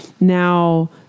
now